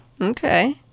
Okay